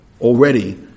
already